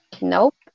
Nope